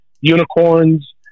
unicorns